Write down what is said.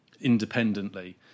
independently